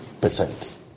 percent